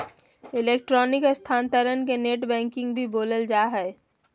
electronic स्थानान्तरण के net banking भी बोलल जा हइ